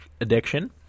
addiction